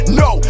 no